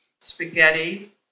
spaghetti